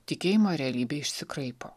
tikėjimo realybė išsikraipo